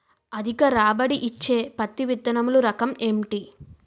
అధిక రాబడి ఇచ్చే పత్తి విత్తనములు రకం ఏంటి?